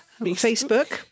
Facebook